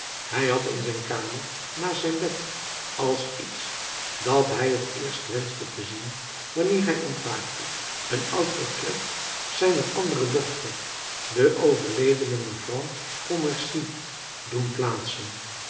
hij had in zijn kamer naast zijn bed als iets dat hij het eerst wenschte te zien wanneer hij ontwaakte een oud portret zijner andere dochter de overledene mevrouw pontmercy doen plaatsen